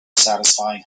satisfying